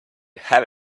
have